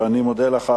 ואני מודה לך,